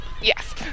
yes